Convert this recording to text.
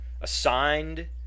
assigned